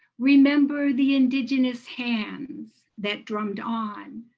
remember the indigenous hands that drummed on,